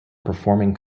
performing